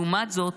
לעומת זאת